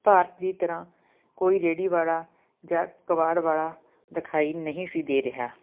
ਭਾਰਤ ਦੀ ਤਰ੍ਹਾਂ ਕੋਈ ਰੇਹੜੀ ਵਾਲਾ ਜਾਂ ਕਬਾੜ ਵਾਲਾ ਦਿਖਾਈ ਨਹੀਂ ਸੀ ਦੇ ਰਿਹਾ